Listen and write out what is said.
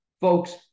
Folks